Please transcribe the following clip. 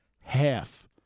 half